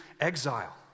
exile